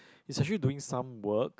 he's actually doing some work